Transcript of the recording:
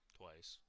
twice